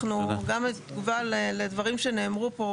גם בתגובה לדברים שנאמרו פה,